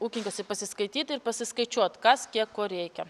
ūkininkas ir pasiskaityt ir pasiskaičiuot kas kiek ko reikia